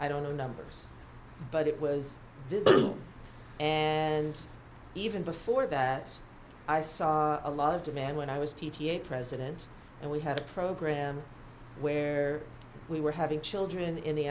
i don't know the numbers but it was visible and even before that i saw a lot of demand when i was p t a president and we had a program where we were having children in the